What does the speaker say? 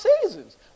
seasons